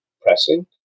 pressing